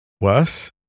worse